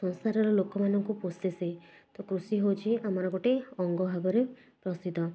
ସଂସାରର ଲୋକ ମାନଙ୍କୁ ପୋଷେ ସେ ତ କୃଷି ହଉଚି ଆମର ଗୋଟେ ଅଙ୍ଗ ଭାବରେ ପ୍ରସିଦ୍ଧ